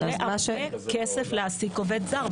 עולה הרבה כסף להעסיק עובד זר,